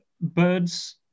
birds